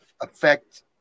affect